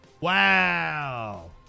Wow